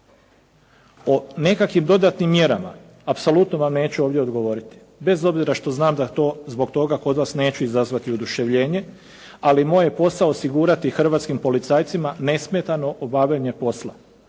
O nekakvim dodatnim mjerama apsolutno vam neću ovdje odgovoriti bez obzira što znam da to, zbog toga kod vas neću izazvati oduševljenje ali moj je posao osigurati hrvatskim policajcima nesmetano obavljanje posla